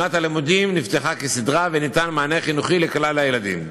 שנת הלימודים נפתחה כסדרה וניתן מענה חינוכי לכלל הילדים.